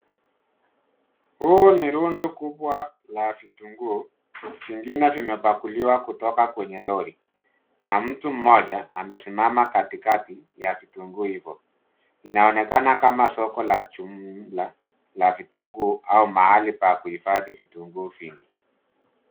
Huu ni rundo kubwa la vitunguu, vingine vimepakuliwa kutoka kwenye lori na mtu mmoja amesimama katikati ya vitunguu hivo. Inaonekana kama soko la jumla la vitunguu au mahali pakuhifadhi vitunguu vingi.